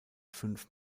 fünf